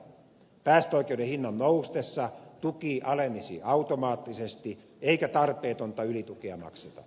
päästöoikeuden hinnan noustessa tuki alenisi automaattisesti eikä tarpeetonta ylitukea makseta